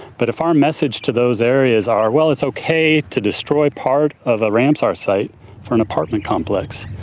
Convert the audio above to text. but if our message to those areas are well it's okay to destroy part of a ramsar site for an apartment complex,